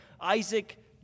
Isaac